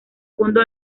fondo